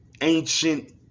ancient